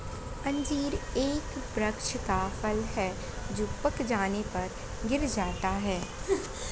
अंजीर एक वृक्ष का फल है जो पक जाने पर गिर जाता है